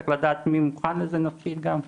אתה צריך לדעת מי מוכן לזה נפשית גם,